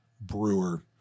brewer